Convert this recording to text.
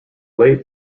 late